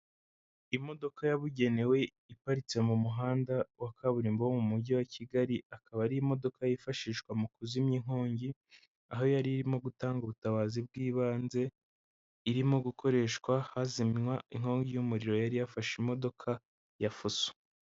Imodoka yabugenewe iparitse mu muhanda wa kaburimbo wo mu mujyi wa Kigali, akaba ari imodoka yifashishwa mu kuzimya inkongi, aho yari irimo gutanga ubutabazi bw'ibanze, irimo gukoreshwa hazimywa inkongi y'umuriro yari yafashe imodoka ya fuso.